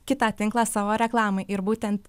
kitą tinklą savo reklamai ir būtent